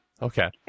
Okay